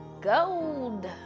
gold